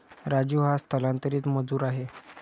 राजू हा स्थलांतरित मजूर आहे